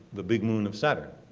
the big moon of saturn,